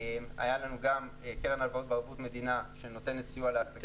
היה לנו גם קרן הלוואות בערבות מדינה שנותנת סיוע לעסקים --- האם